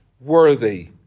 worthy